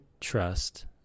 trust